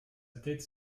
tête